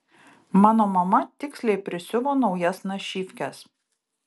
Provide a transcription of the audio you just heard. mano mama tiksliai prisiuvo naujas našyvkes